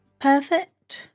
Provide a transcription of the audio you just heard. perfect